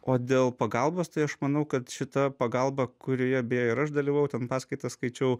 o dėl pagalbos tai aš manau kad šita pagalba kurioje beje ir aš dalyvavau ten paskaitas skaičiau